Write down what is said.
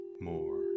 more